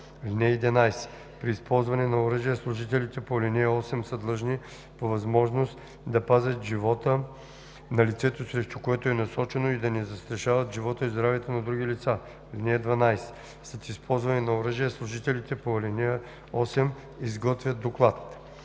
цел. (11) При използване на оръжие служителите по ал. 8 са длъжни по възможност да пазят живота на лицето, срещу което е насочено, и да не застрашават живота и здравето на други лица. (12) След използване на оръжие служителите по ал. 8 изготвят доклад.“